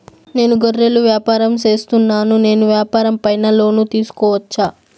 నేను గొర్రెలు వ్యాపారం సేస్తున్నాను, నేను వ్యాపారం పైన లోను తీసుకోవచ్చా?